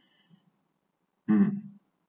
um